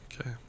Okay